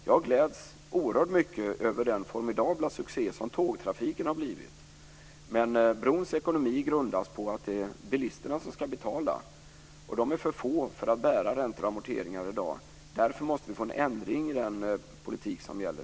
Jag gläds oerhört mycket över den formidabla succé som tågtrafiken har blivit, men brons ekonomi grundas på att det är bilisterna som ska betala, och de är i dag för få för att bära räntor och amorteringar. Vi måste därför få en ändring i den politik som nu gäller.